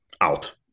out